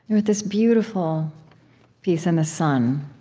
you wrote this beautiful piece in the sun.